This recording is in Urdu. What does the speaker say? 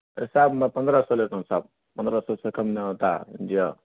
صاحب میں پندرہ سو لیتا ہوں صاحب پندرہ سو سے کم نہ ہوتا جی ہاں